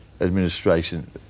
administration